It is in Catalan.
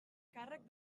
càrrec